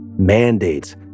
mandates